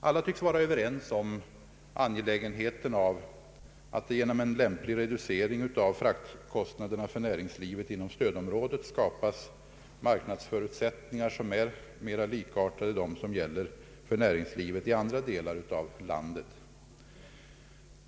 Alla är överens om angelägenheten av att det genom en lämplig reducering av frakt .kostnaderna för näringslivet inom stödområdet skapas marknadsförutsättningar som är mera lika dem som gäller för näringslivet i andra delar av landet.